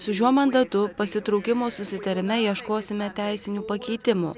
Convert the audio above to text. su šiuo mandatu pasitraukimo susitarime ieškosime teisinių pakeitimų